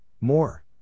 more